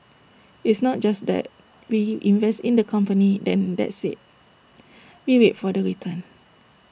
it's not just that we invest in the company then that's IT we wait for the return